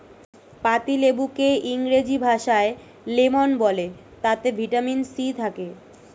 পাতিলেবুকে ইংরেজি ভাষায় লেমন বলে তাতে ভিটামিন সি থাকে